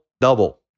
double